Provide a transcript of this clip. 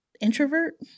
introvert